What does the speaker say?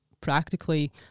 practically